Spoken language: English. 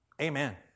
Amen